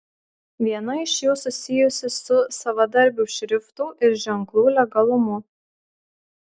viena iš jų susijusi su savadarbių šriftų ir ženklų legalumu